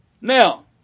Now